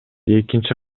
экинчи